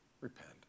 repent